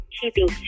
keeping